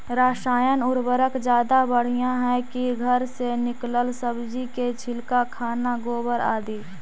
रासायन उर्वरक ज्यादा बढ़िया हैं कि घर से निकलल सब्जी के छिलका, खाना, गोबर, आदि?